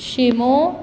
शिमो